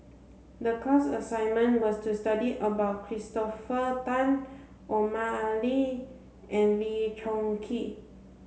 the class assignment was to study about Christopher Tan Omar Ali and Lee Choon Kee